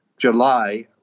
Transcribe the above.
July